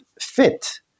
fit